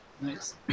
Nice